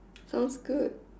sounds good